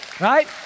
Right